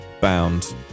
Bound